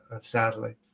sadly